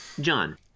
John